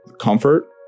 comfort